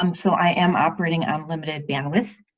um so i am operating on limited bandwidth.